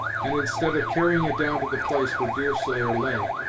and instead of carrying it down to the place where deerslayer lay,